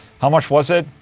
how much was it?